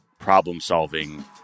problem-solving